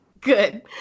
Good